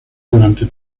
durante